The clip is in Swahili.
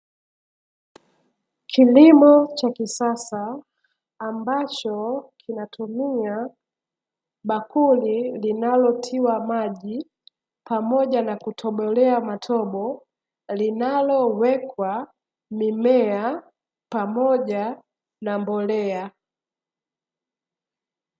Kilimo cha kisasa ambacho kinatumia bakuli linalotiwa maji pamoja na kutobolewa matobo, linalowekwa mimea pamoja na mbolea.